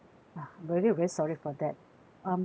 ah I'm really really sorry for that um